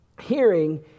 hearing